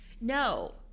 No